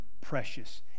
precious